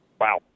Wow